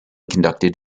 conducted